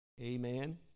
Amen